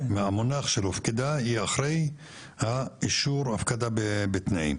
המונח של "הופקדה" זה אחרי אישור הפקדה בתנאים.